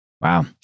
Wow